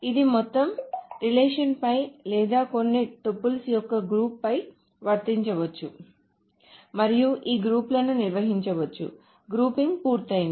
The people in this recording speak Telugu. ఇది మొత్తం రిలేషన్ పై లేదా కొన్ని టపుల్స్ యొక్క గ్రూప్ పై వర్తించవచ్చు మరియు ఈ గ్రూప్ లను నిర్వచించవచ్చు గ్రూపింగ్ పూర్తయింది